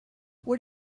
what